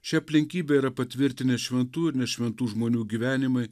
ši aplinkybė yra patvirtinę šventų ir nešventų žmonių gyvenimai